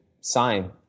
sign